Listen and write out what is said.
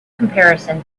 comparison